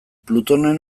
plutonen